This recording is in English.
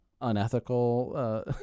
unethical